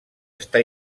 està